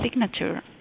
signature